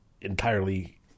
entirely